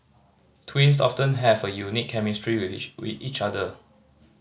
twins often have a unique chemistry with with each other